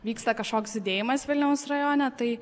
vyksta kažkoks judėjimas vilniaus rajone tai